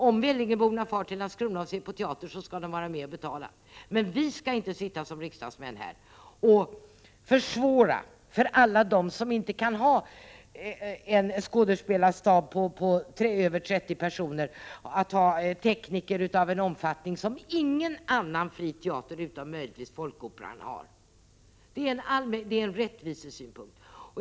Om Vellingeborna far till Landskrona och tittar på teater skall de vara med och betala, men vi som riksdagsmän skall inte här försvåra för alla de teatrar som inte kan ha en skådespelarstab på över 30 personer och ha tekniker i en omfattning som ingen annan fri teater utom möjligen Folkoperan har. Det är en rättvisesynpunkt.